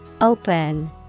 Open